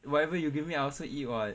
whatever you give me I also eat [what]